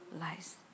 lies